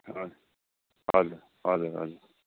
हजुर हजुर हजुर हजुर